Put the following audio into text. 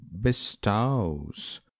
bestows